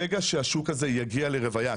ברגע שהשוק הזה יגיע לרוויה,